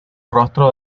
rostro